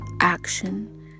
action